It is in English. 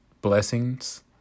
blessings